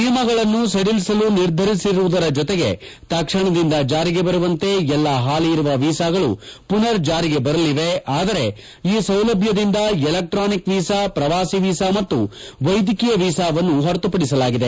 ನಿಯಮಗಳನ್ನು ಸಡಿಲಿಸಲು ನಿರ್ಧರಿಸಿರುವುದರ ಜೊತೆಗೆ ತಕ್ಷಣದಿಂದ ಜಾರಿಗೆ ಬರುವಂತೆ ಎಲ್ಲಾ ಹಾಲಿ ಇರುವ ವೀಸಾಗಳು ಪುನರ್ ಜಾರಿಗೆ ಬರಲಿವೆ ಆದರೆ ಈ ಸೌಲಭ್ಯದಿಂದ ಎಲೆಕ್ಸಾನಿಕ್ ವೀಸಾ ಪ್ರವಾಸಿ ವೀಸಾ ಮತ್ತು ವೈದ್ಯಕೀಯ ವೀಸಾವನ್ನು ಹೊರತುಪಡಿಸಲಾಗಿದೆ